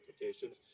implications